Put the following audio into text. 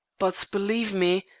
but, believe me,